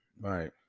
Right